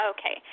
Okay